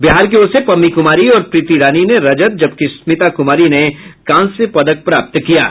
बिहार की ओर से पम्मी कुमारी और प्रीति रानी ने रजत जबकि स्मिता कुमारी ने कांस्य पदक प्राप्त किया है